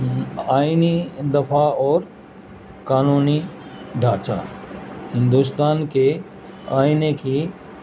آئینی دفعہ اور قانونی ڈھانچا ہندوستان کے آئین کی